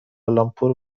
لامپور